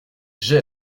j’ai